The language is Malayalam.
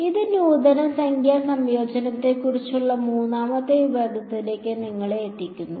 അത് നൂതന സംഖ്യാ സംയോജനത്തെക്കുറിച്ചുള്ള മൂന്നാമത്തെ വിഭാഗത്തിലേക്ക് നിങ്ങ്ങളെ എത്തിക്കുന്നു